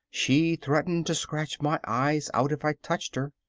she threatened to scratch my eyes out if i touched her.